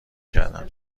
کردم